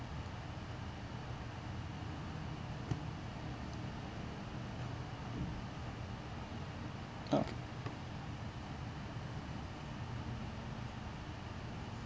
okay